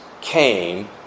came